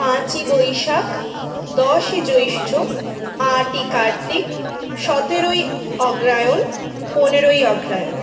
পাঁচই বৈশাখ দশই জ্যৈষ্ঠ আটই কার্তিক সতেরোই অগ্রায়ন পনেরোই অগ্রহায়ণ